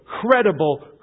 credible